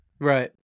Right